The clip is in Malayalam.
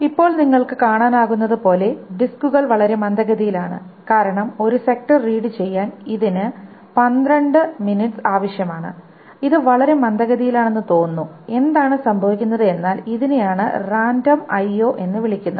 ഇപ്പോൾ നിങ്ങൾക്ക് കാണാനാകുന്നതുപോലെ ഡിസ്കുകൾ വളരെ മന്ദഗതിയിലാണ് കാരണം ഒരു സെക്ടർ റീഡ് ചെയ്യാൻ ഇതിന് 12 എംഎസ് ആവശ്യമാണ് ഇത് വളരെ മന്ദഗതിയിലാണെന്ന് തോന്നുന്നു എന്താണ് സംഭവിക്കുന്നത് എന്നാൽ ഇതിനെയാണ് റാൻഡം ഐഒ എന്ന് വിളിക്കുന്നത്